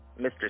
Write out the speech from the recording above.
Mr